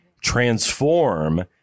transform